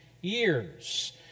years